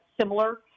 similar